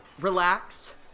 Relax